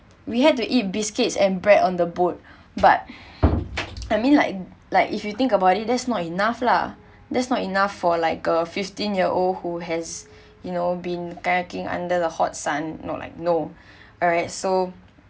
we had to eat biscuits and bread on the boat but I mean like like if you think about it that's not enough lah that's not enough for like a fifteen-year-old who has you know been kayaking under the hot sun no like no alright so